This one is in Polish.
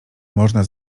można